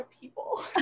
people